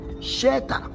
shelter